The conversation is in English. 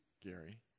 Gary